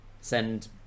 Send